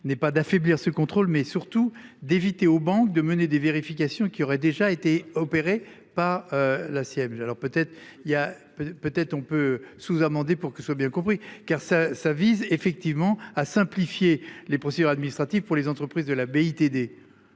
n'est pas d'affaiblir ce contrôle mais surtout d'éviter aux banques de mener des vérifications qui aurait déjà été opéré pas la siège alors peut-être il y a peut-être, on peut sous-amendé pour que soit bien compris car ça ça vise effectivement à simplifier les procédures administratives pour les entreprises de la BITD.